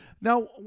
Now